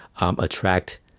attract